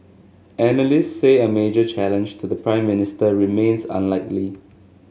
analysts say a major challenge to the Prime Minister remains unlikely